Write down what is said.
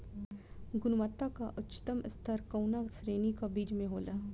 गुणवत्ता क उच्चतम स्तर कउना श्रेणी क बीज मे होला?